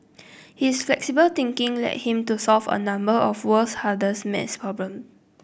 his flexible thinking led him to solve a number of world's hardest maths problems